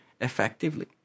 effectively